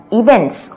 events